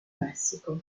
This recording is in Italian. messico